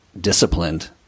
disciplined